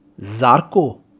Zarko